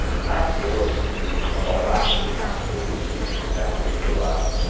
and that saw us remove a lot of apps from the app store. we really shrunk down our video apps.